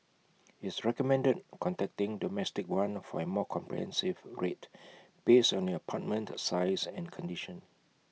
it's recommended contacting domestic one for A more comprehensive rate based on your apartment size and condition